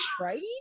right